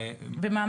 יש עוד מדרגה?